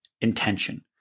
Intention